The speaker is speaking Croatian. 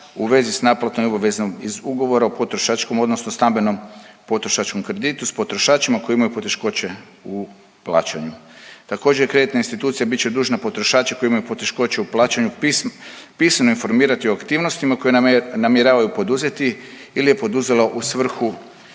u vezi sa naplatom obaveznom iz ugovora o potrošačkom odnosno stambenom potrošačkom kreditu sa potrošačima koji imaju poteškoće u plaćanju. Također kreditne institucije bit će dužne potrošače koji imaju poteškoće u plaćanju pisano informirati o aktivnostima koje namjeravaju poduzeti ili je poduzela u svrhu